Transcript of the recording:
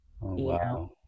Wow